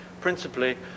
principally